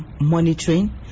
monitoring